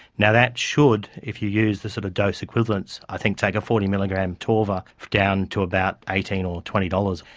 now that should, if you use the sort of dose equivalents, i think take a forty milligram atorva down to about eighteen dollars or twenty dollars.